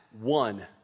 One